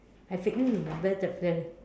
I vaguely remember the the